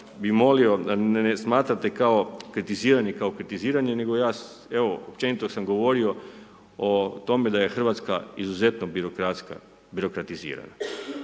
bi molio da ne smatrate kao kritiziranje kao kritiziranje nego ja evo, općenito sam govorio o tome da je Hrvatska izuzetno birokratska, birokratizirana.